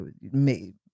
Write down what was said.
made